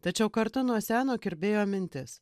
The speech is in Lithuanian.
tačiau kartu nuo seno kirbėjo mintis